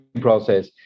process